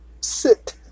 sit